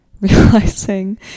realizing